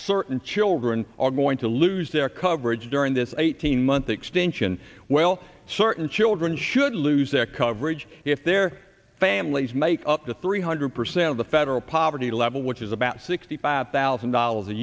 certain children are going to lose their coverage during this eighteen month extension well certain children should lose their coverage if their families make up to three hundred percent of the federal poverty level which is about sixty five thousand dollars a